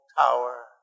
tower